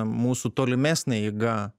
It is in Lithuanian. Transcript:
mūsų tolimesnė eiga